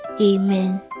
Amen